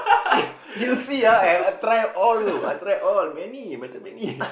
see you'll see ah I try all you know I try all many macam many